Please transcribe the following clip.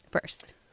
first